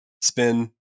spin